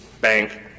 bank